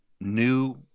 new